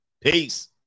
Peace